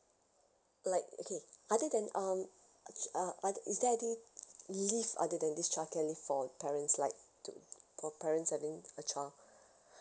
like okay other than um okay uh uh is there any leave other than this childcare leave for parents like to for parents having a child